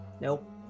Nope